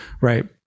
right